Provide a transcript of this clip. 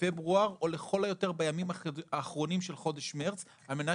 פברואר או לכל היותר בימים האחרונים של חודש מרץ על מנת